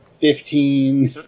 Fifteen